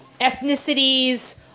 ethnicities